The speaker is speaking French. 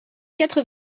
quatre